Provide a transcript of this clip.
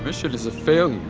mission is a failure!